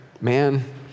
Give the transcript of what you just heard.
man